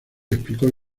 explicó